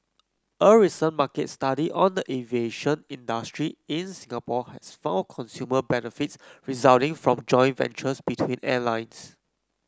a recent market study on the aviation industry in Singapore has found consumer benefits resulting from joint ventures between airlines